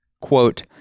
Quote